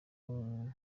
muri